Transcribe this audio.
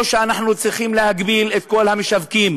או שאנחנו צריכים להגביל את כל המשווקים